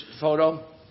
photo